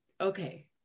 Okay